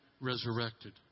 resurrected